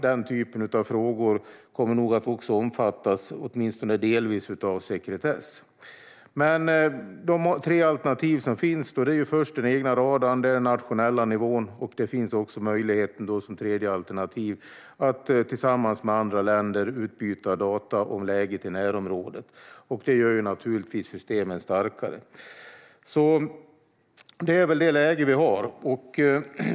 Den typen av frågor kommer nog också att åtminstone delvis omfattas av sekretess. De tre alternativ som finns är först den egna radarn och sedan den nationella nivån. Det finns också möjligheten som tredje alternativ att tillsammans med andra länder utbyta data om läget i närområdet. Det gör naturligtvis systemen starkare. Det är det läge vi har.